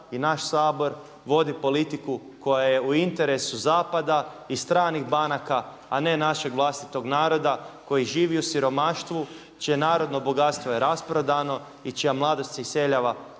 i naš Sabor vodi politiku koja je u interesu zapada i stranih banaka a ne našeg vlastitog naroda koji živi u siromaštvu čije narodno bogatstvo je rasprodano i čija mladost se